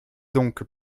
donc